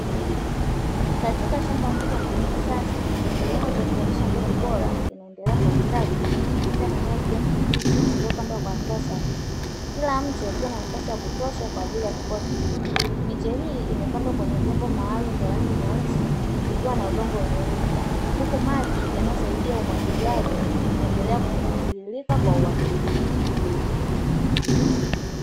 Katika shamba kubwa na la kisasa, kilimo cha kuzalisha mbegu bora kinaendelea kwa ustadi kupitia mimea ya kijani kibichi iliyopandwa kwa hatua sahihi. Kila mche ukiwa na nafasi ya kutosha kwa ajili ya kukua vizuri. Miche hii imepandwa kwenye vyombo maalumu vya rangi nyeusi vikiwa na udongo wenye rutuba, huku maji yanayosaidia umwagiliaji kuendelea kutiririka kwa uhakika.